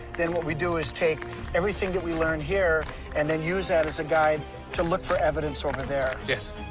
then what we do is take everything that we learn here and then use that as a guide to look for evidence over there. yes,